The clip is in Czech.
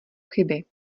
chyby